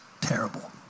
terrible